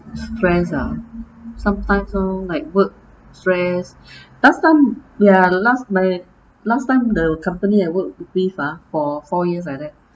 stress ah sometimes lor like work stress last time ya the last my last time the company I worked with ah for four years like that